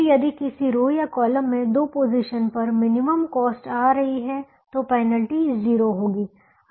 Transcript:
फिर यदि किसी रो या कॉलम में दो पोजीशन पर मिनिमम कॉस्ट आ रही है तो पेनल्टी 0 होगी